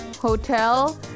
hotel